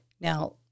Now